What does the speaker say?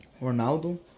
Ronaldo